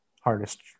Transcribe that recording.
hardest